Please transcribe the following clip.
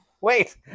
wait